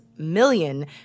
million